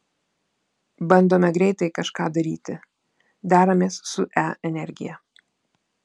bandome greitai kažką daryti deramės su e energija